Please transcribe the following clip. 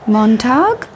Montag